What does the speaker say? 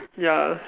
ya